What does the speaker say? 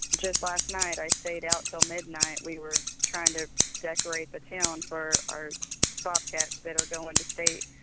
just last night, i stayed out till midnight. we were trying to decorate the town for our bobcats that are going to states.